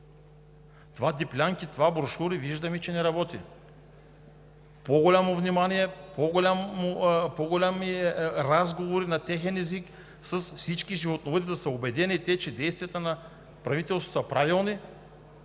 Това диплянки, това брошури, виждаме, че не работи. По голямо внимание, повече разговори на техен език, всички животновъди да са убедени, че действията на правителството са правилни,